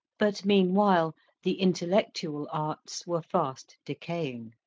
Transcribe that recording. but meanwhile the intellectual arts were fast decaying.